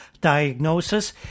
diagnosis